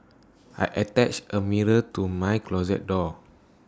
I attached A mirror to my closet door